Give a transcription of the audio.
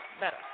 Better